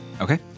Okay